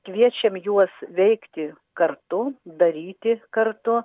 kviečiam juos veikti kartu daryti kartu